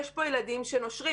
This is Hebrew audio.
יש פה ילדים שנושרים.